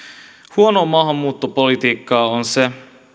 huonoa maahanmuuttopolitiikkaa on se